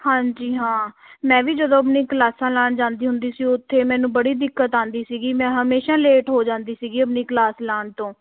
ਹਾਂਜੀ ਹਾਂ ਮੈਂ ਵੀ ਜਦੋਂ ਆਪਣੀ ਕਲਾਸਾਂ ਲਾਉਣ ਜਾਂਦੀ ਹੁੰਦੀ ਸੀ ਉੱਥੇ ਮੈਨੂੰ ਬੜੀ ਦਿੱਕਤ ਆਉਂਦੀ ਸੀਗੀ ਮੈਂ ਹਮੇਸ਼ਾ ਲੇਟ ਹੋ ਜਾਂਦੀ ਸੀਗੀ ਆਪਣੀ ਕਲਾਸ ਲਾਉਣ ਤੋਂ